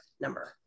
number